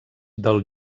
del